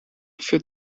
für